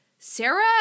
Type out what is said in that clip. Sarah